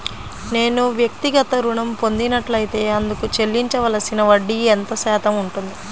నేను వ్యక్తిగత ఋణం పొందినట్లైతే అందుకు చెల్లించవలసిన వడ్డీ ఎంత శాతం ఉంటుంది?